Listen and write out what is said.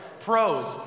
Pros